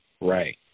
Right